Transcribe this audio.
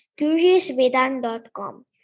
CuriousVedan.com